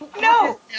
No